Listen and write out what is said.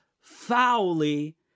foully